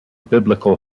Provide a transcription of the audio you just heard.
biblical